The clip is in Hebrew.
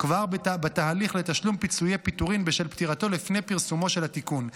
בתהליך לתשלום פיצויי פיטורים בשל פטירתו לפני פרסומו של התיקון.